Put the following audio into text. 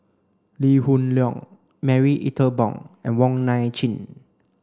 Lee Hoon Leong Marie Ethel Bong and Wong Nai Chin